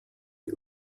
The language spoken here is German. die